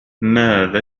ماذا